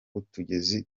utugezi